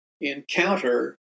encounter